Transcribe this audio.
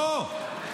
לא.